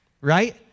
right